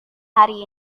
hari